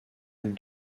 est